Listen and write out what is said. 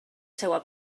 seua